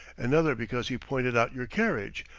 another because he pointed out your carriage,